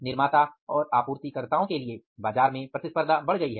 निर्माता और आपूर्तिकर्ताओं के लिए बाजार में प्रतिस्पर्धा बढ़ गई है